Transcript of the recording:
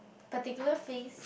particular phase